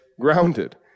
grounded